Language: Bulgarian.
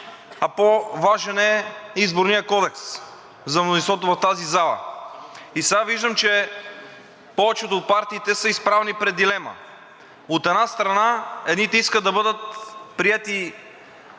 а по-важен е Изборният кодекс за мнозинството в тази зала. И сега виждам, че повечето от партиите са изправени пред дилема. От една страна, едните искат да бъдат приети